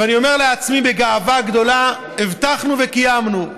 ואני אומר לעצמי בגאווה גדולה: הבטחנו וקיימנו.